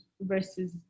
versus